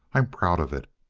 i'm proud of it.